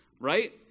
right